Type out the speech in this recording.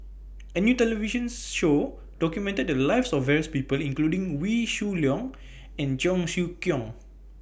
A New television Show documented The Lives of various People including Wee Shoo Leong and Cheong Siew Keong